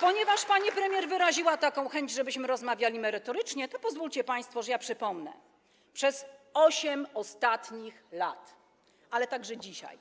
Ponieważ pani premier wyraziła chęć, żebyśmy rozmawiali merytorycznie, pozwólcie państwo, że przypomnę: przez ostatnich 8 lat, a także dzisiaj,